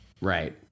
right